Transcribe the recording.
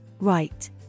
Right